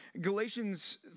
Galatians